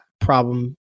problem